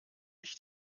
ich